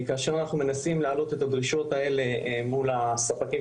כאשר אנחנו מנסים להעלות את הדרישות האלה מול הספקים